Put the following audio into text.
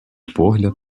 погляд